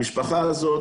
המשפחה הזאת,